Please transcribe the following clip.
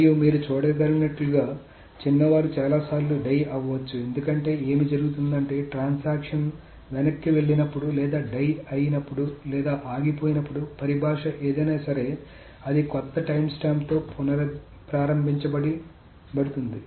మరియు మీరు చూడగలిగినట్లుగా చిన్నవారు చాలా సార్లు డై అవ్వచ్చు ఎందుకంటే ఏమి జరుగుతుందంటే ట్రాన్సాక్షన్ వెనక్కి వెళ్ళినప్పుడు లేదా డై అయినప్పుడు లేదా ఆగిపోయినప్పుడు పరిభాష ఏదైనా సరే అది కొత్త టైమ్స్టాంప్తో పునఃప్రారంబించ బడుతుంది